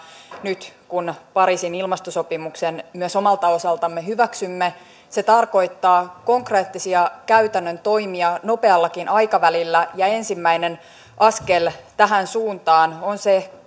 nyt kun pariisin ilmastosopimuksen myös omalta osaltamme hyväksymme se tarkoittaa konkreettisia käytännön toimia nopeallakin aikavälillä ja ensimmäinen askel tähän suuntaan on se